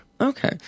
Okay